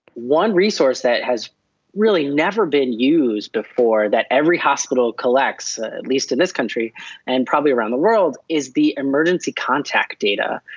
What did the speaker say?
one resource that has really never been used before that every hospital collects, at least in this country and probably around the world, is the emergency contact data.